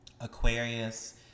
Aquarius